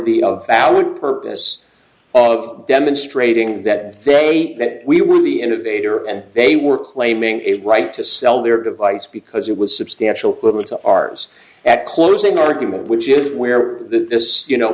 valid purpose of demonstrating that they that we were the innovator and they were claiming a right to sell their device because it was substantial with ours at closing argument which is where this you know